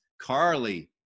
Carly